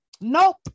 Nope